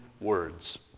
words